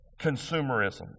consumerism